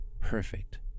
perfect